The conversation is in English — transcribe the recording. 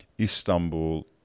Istanbul